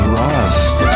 rust